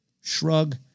Shrug